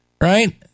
right